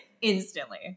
Instantly